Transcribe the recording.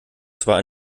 zwar